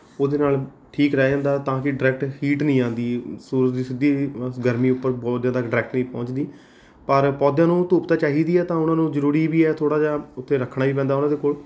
ਉਹਦੇ ਨਾਲ ਠੀਕ ਰਹਿ ਜਾਂਦਾ ਤਾਂ ਕਿ ਡਰੈਕਟ ਹੀਟ ਨਹੀਂ ਆਉਂਦੀ ਸੂਰਜ ਦੀ ਸਿੱਧੀ ਗਰਮੀ ਉੱਪਰ ਪੌਦਿਆਂ ਤੱਕ ਡਰੈਕਟਰ ਨਹੀਂ ਪਹੁੰਚਦੀ ਪਰ ਪੌਦਿਆਂ ਨੂੰ ਧੁੱਪ ਤਾਂ ਚਾਹੀਦੀ ਹੈ ਤਾਂ ਉਹਨਾਂ ਨੂੰ ਜ਼ਰੂਰੀ ਵੀ ਆ ਥੋੜ੍ਹਾ ਜਿਹਾ ਉੱਥੇ ਰੱਖਣਾ ਵੀ ਪੈਂਦਾ ਉਹਨਾਂ ਦੇ ਕੋਲ